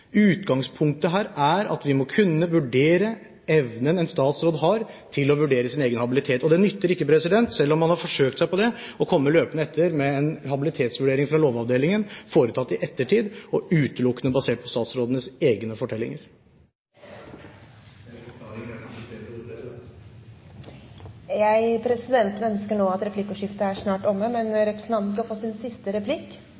Utgangspunktet her er at vi må kunne vurdere evnen en statsråd har til å vurdere sin egen habilitet. Det nytter ikke, selv om man har forsøkt seg på det, å komme løpende etter med en habilitetsvurdering fra Lovavdelingen foretatt i ettertid, og utelukkende basert på statsrådenes egne fortellinger – eller forklaringer, er kanskje et bedre ord. Presidenten har nå et ønske om at replikkordskiftet snart er omme,